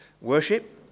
worship